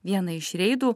vieną iš reidų